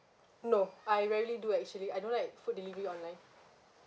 no I rarely do actually I don't like food delivery online